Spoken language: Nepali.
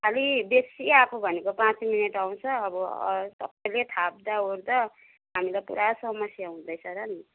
खालि बेस्सी आएको भनेको पाँच मिनेट आउँछ अब सबैले थाप्दा ओर्दा हामीलाई पूरा समस्या हुँदैछ र नि